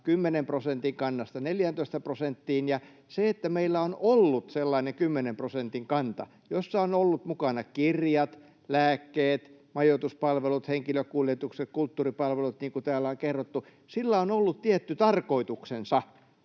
10 prosentin kannasta 14 prosenttiin, ja sillä, että meillä on ollut sellainen 10 prosentin kanta, jossa on ollut mukana kirjat, lääkkeet, majoituspalvelut, henkilökuljetukset, kulttuuripalvelut, niin kuin täällä on kerrottu, on ollut tietty tarkoituksensa.